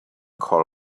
call